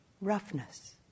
roughness